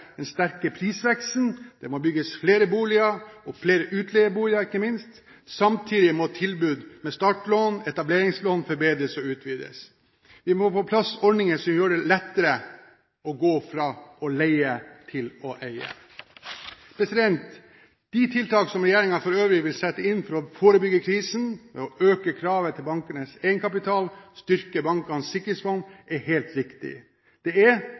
den sterke prisveksten, det må bygges flere boliger og flere uleieboliger ikke minst. Samtidig må tilbudet med startlån, etableringslån, forbedres og utvides. Vi må få på plass ordninger som gjør det lettere å gå fra å leie til å eie. De tiltak som regjeringen for øvrig vil sette inn for å forebygge krisen ved å øke kravene til bankenes egenkapital, styrke Bankenes sikringsfond, er helt riktige. Det er